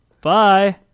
Bye